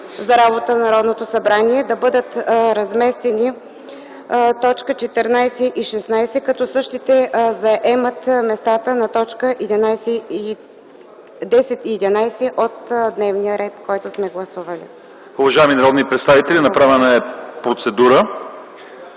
дейността на Народното събрание да бъдат разместени точки 14 и 16, като същите заемат местата на точки 10 и 11 от дневния ред, който сме гласували.